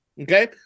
okay